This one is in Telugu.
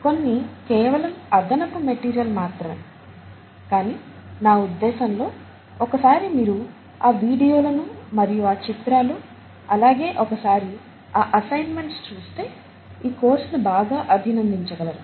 కొన్ని కేవలం అదనపు మెటీరియల్ మాత్రమే కానీ నా ఉద్దేశంలో ఒకసారి మీరు ఆ వీడియోలు మరియు ఆ చిత్రాలు అలాగే ఒకసారి ఆ అస్సైన్మెంట్స్ చూస్తే ఈ కోర్స్ ను బాగా అభినందించగలరు